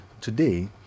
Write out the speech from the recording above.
Today